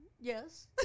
Yes